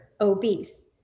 obese